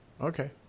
Okay